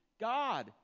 God